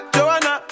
Joanna